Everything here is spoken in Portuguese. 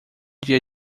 dia